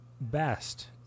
best